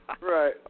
Right